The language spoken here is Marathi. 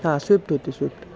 हा स्विफ्ट होती स्विफ्ट